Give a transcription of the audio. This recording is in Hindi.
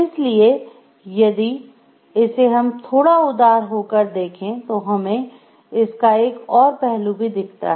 इसलिए यदि इसे हम थोडा उदार होकर देखे तो हमें इसका एक और पहलू भी दिखता है